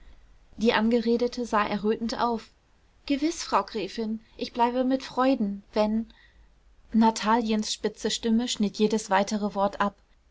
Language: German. die angeredete sah errötend auf gewiß frau gräfin ich bleibe mit freuden wenn nataliens spitze stimme schnitt jedes weitere wort ab